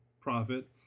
profit